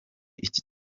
iki